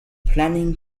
planning